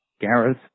Gareth